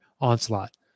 onslaught